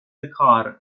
کار